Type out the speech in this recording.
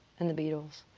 and the beatles,